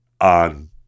on